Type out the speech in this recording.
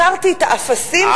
מירקרתי את האפסים של נתניהו.